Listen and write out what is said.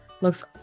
looks